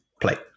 play